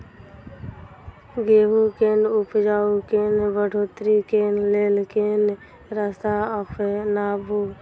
गेंहूँ केँ उपजाउ केँ बढ़ोतरी केँ लेल केँ रास्ता अपनाबी?